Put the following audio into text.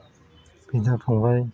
बिदा फंबाय